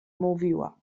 mówiła